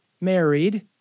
married